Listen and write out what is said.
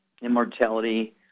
Immortality –